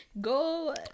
Go